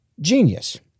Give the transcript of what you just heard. Genius